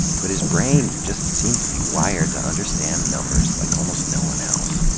but his brain just seemed to be wired to understand numbers like almost no one else.